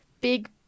big